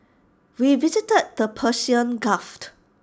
we visited the Persian gulf